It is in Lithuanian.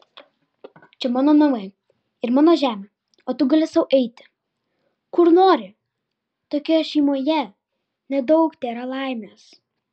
čia mano namai ir mano žemė o tu gali sau eiti kur nori tokioje šeimoje nedaug tėra laimės